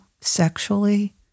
sexually